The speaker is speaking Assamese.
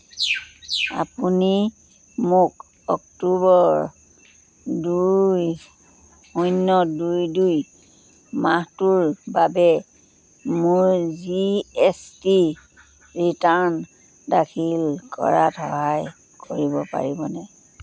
আপুনি মোক অক অক্টোবৰ দুই শূন্য দুই দুই মাহটোৰ বাবে মোৰ জি এছ টি ৰিটাৰ্ণ দাখিল কৰাত সহায় কৰিব পাৰিবনে